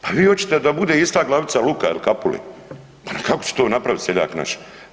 Pa vi oćete da bude ista glavica luka il kapule, pa kako će to napravit seljak naš?